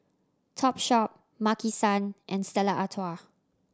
Topshop Maki San and Stella Artois